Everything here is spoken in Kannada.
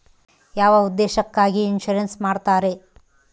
ಯಾವ ಉದ್ದೇಶಕ್ಕಾಗಿ ಇನ್ಸುರೆನ್ಸ್ ಮಾಡ್ತಾರೆ?